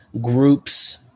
groups